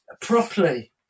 properly